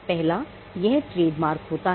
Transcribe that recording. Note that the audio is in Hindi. पहला यह एक ट्रेडमार्क होता है